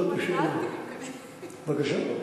בבקשה?